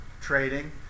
trading